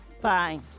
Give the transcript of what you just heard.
Bye